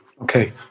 Okay